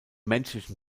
menschlichen